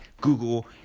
Google